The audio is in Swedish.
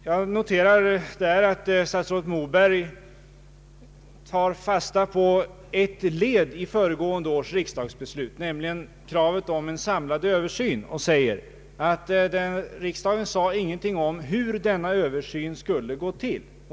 Jag noterar att statsrådet Moberg tar fasta på ett led i föregående års riksdagsbeslut, nämligen kravet på en samlad översyn, och säger att riksdagen inte sade någonting om hur denna översyn skulle gå till.